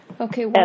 Okay